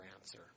answer